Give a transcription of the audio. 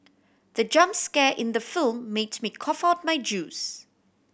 the jump scare in the film made me cough out my juice